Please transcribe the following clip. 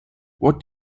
what